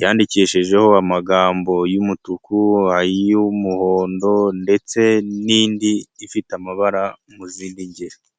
yandikishijeho amagambo y'umutuku ay'umuhondo ndetse n'indi ifite amabara mu zindi ngero.